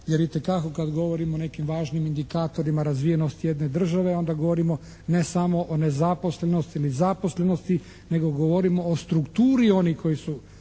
jer itekako kad govorimo o nekim važnim indikatorima razvijenosti jedne države onda govorimo ne samo o nezaposlenosti ili zaposlenosti nego govorimo o strukturi onih koji su